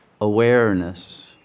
awareness